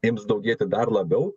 ims daugėti dar labiau